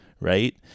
Right